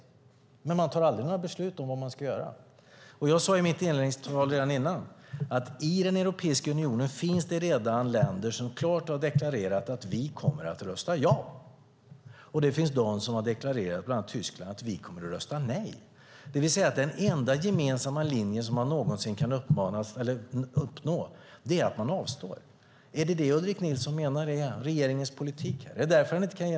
Men man fattar aldrig några beslut om vad man ska göra. I mitt inledningstal sade jag att det redan finns länder i Europeiska unionen som klart har deklarerat att de kommer att rösta ja, och det finns länder, bland annat Tyskland, som har deklarerat att de kommer att rösta nej. Den enda gemensamma linje som man någonsin kan uppnå är att man avstår. Menar Ulrik Nilsson att det är regeringens politik här?